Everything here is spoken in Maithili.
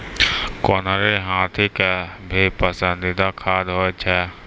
कुनरी हाथी के भी पसंदीदा खाद्य होय छै